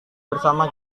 bersama